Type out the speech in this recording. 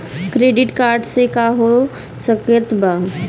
Credit card से का हो सकइत बा?